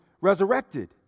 resurrected